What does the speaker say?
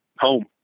home